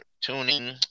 tuning